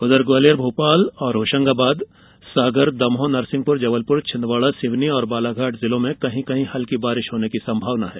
वहीं ग्वालियर भोपाल और होशंगाबाद सागर दमोह नरसिंहपुर जबलपुर छिंदवाड़ा सिवनी और बालाघाट जिलों में कहीं कहीं हल्की बारिश होने की संभावना है